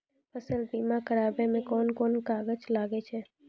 फसल बीमा कराबै मे कौन कोन कागज लागै छै?